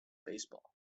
baseball